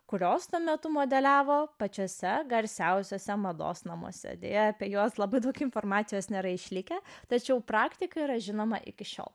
kurios tuo metu modeliavo pačiuose garsiausiuose mados namuose deja apie juos labai daug informacijos nėra išlikę tačiau praktika yra žinoma iki šiol